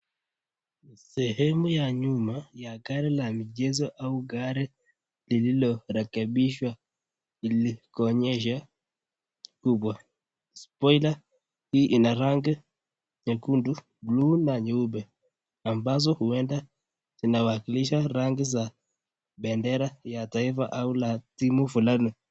Sehemu ya nyuma ya gari la michezo au gari lililorekebishwa ili kuonyesha ukubwa, spoiler hii ina rangi nyekundu, buluu na nyeupe, ambazo huenda zinawakilisha rangi za bendera ya taifa au ya timu fulani.